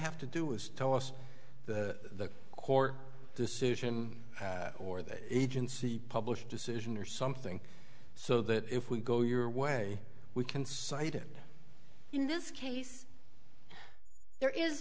have to do is tell us the court decision or that agency publish decision or something so that if we go your way we can cite it in this case there is